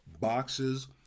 boxes